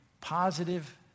positive